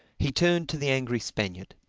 he turned to the angry spaniard.